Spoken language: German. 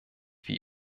wie